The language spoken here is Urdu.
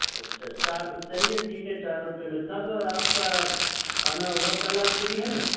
اچھا چار چلیے ٹھیک ہے چار روپے میں کب آپ کا آنا ہوگا کل آپ فری ہے نا